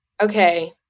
Okay